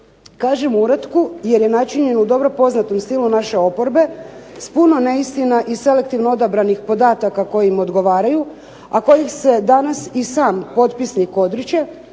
Kažem u uratku jer je načinjen u dobro poznatom stilu naše oporbe s puno neistina i selektivno odabranih podataka koji im odgovaraju a kojih se danas i sam potpisnik odriče,